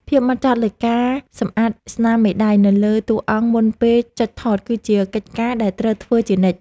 ភាពហ្មត់ចត់លើការសម្អាតស្នាមមេដៃនៅលើតួអង្គមុនពេលចុចថតគឺជាកិច្ចការដែលត្រូវធ្វើជានិច្ច។